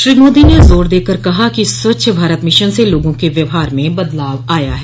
श्री मोदी ने जोर देकर कहा कि स्वच्छ भारत मिशन से लोगों के व्यवहार में बदलाव आया है